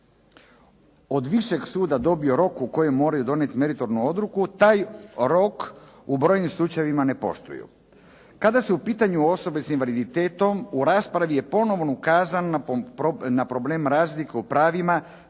od višeg suda dobiju rok u kojem moraju donijeti meritornu odluku, taj rok u brojnim slučajevima ne poštuju. Kada su u pitanju osobe s invaliditetom, u raspravi je ponovno ukazano na problem razlike u pravima